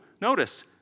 notice